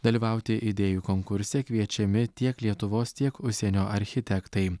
dalyvauti idėjų konkurse kviečiami tiek lietuvos tiek užsienio architektai